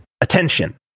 Attention